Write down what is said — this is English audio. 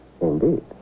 Indeed